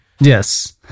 yes